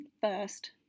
first